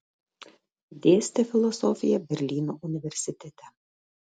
dėstė filosofiją berlyno universitete